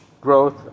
growth